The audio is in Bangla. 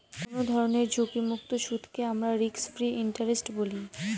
কোনো ধরনের ঝুঁকিমুক্ত সুদকে আমরা রিস্ক ফ্রি ইন্টারেস্ট বলি